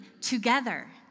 together